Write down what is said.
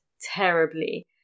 terribly